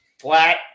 flat